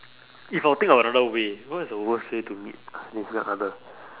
if I'll think of another way what is the worst way to meet a significant other